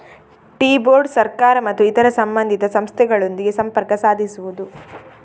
tea board ಸರ್ಕಾರ ಮತ್ತು ಇತರ ಸಂಬಂಧಿತ ಸಂಸ್ಥೆಗಳೊಂದಿಗೆ ಸಂಪರ್ಕ ಸಾಧಿಸುವುದು